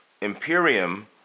Imperium